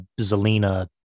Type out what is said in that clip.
Zelina